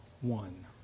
one